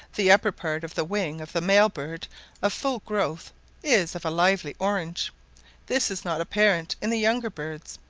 the upper part of the wing of the male bird of full growth is of a lively orange this is not apparent in the younger birds,